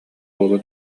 буола